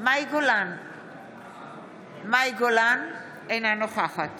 מאי גולן, אינה נוכחת